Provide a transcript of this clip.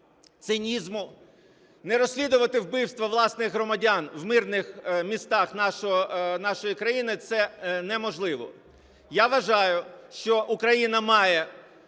цинізму. Не розслідувати вбивства власних громадян в мирних містах нашої країни – це неможливо. Я вважаю, що Україна має